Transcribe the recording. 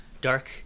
dark